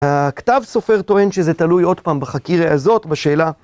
הכתב סופר טוען שזה תלוי עוד פעם בחקירה הזאת, בשאלה...